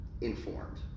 informed